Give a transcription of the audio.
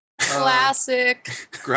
Classic